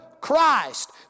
Christ